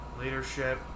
leadership